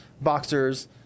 boxers